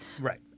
Right